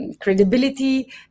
credibility